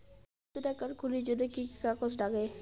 নতুন একাউন্ট খুলির জন্যে কি কি কাগজ নাগে?